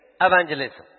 evangelism